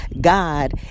God